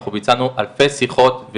אנחנו ביצענו אלפי שיחות,